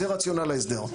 זה רציונל ההסדר.